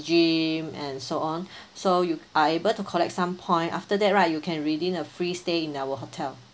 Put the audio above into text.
gym and so on so you are able to collect some point after that right you can redeem a free stay in our hotel